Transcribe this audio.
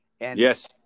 Yes